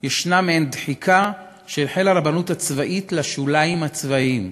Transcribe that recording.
ישנה מעין דחיקה של חיל הרבנות הצבאית לשוליים הצבאיים.